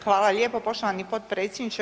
Hvala lijepa poštovani potpredsjedniče.